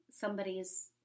somebody's